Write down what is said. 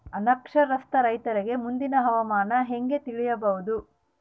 ಅನಕ್ಷರಸ್ಥ ರೈತರಿಗೆ ಮುಂದಿನ ಹವಾಮಾನ ಹೆಂಗೆ ತಿಳಿಯಬಹುದು?